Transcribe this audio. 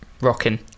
...rocking